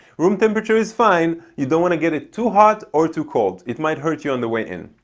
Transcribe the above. room temperature is fine, you don't want to get it too hot or too cold. it might hurt you on the way in.